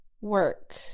work